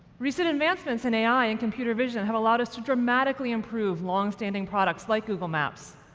recent advancements in ai and computer vision have allowed us to dramatically improve long-standing products like google maps,